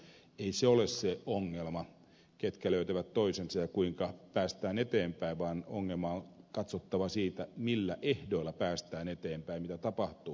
ei se ole se ongelma ketkä löytävät toisensa ja kuinka päästään eteenpäin vaan ongelmaa on katsottava siitä näkökulmasta millä ehdoilla päästään eteenpäin mitä tapahtuu